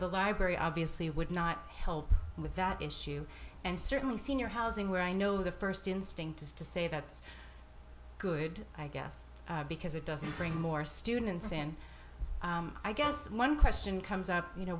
the library obviously would not help with that issue and certainly senior housing where i know the first instinct is to say that's good i guess because it doesn't bring more students in i guess one question comes up you know